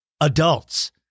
adults